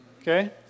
Okay